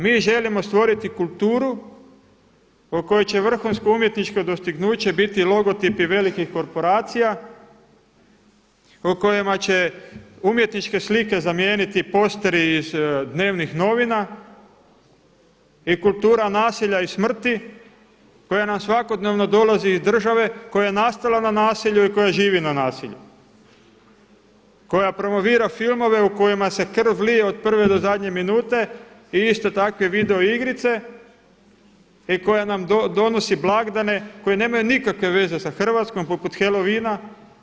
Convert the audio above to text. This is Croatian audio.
Mi želimo stvoriti kulturu kojoj će vrhunsko umjetničko dostignuće biti logotipi velikih korporacija, po kojima će umjetničke slike zamijeniti posteri iz dnevnih novina i kultura nasilja i smrti koja nam svakodnevno dolazi iz države, koja je nastala na nasilju i koja živi na nasilju, koja promovira filmove u kojima se krv lije od prve do zadnje minute i iste takve video igrice i koja nam donosi blagdane koji nemaju nikakve veze sa Hrvatskom poput Halloweena.